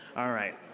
all right.